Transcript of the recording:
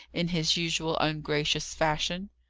in his usual ungracious fashion.